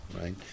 Right